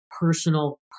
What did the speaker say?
personal